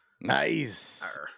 Nice